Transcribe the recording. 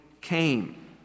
came